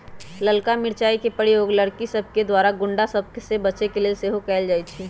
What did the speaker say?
ललका मिरचाइ के प्रयोग लड़कि सभके द्वारा गुण्डा सभ से बचे के लेल सेहो कएल जाइ छइ